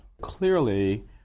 Clearly